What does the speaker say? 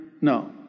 No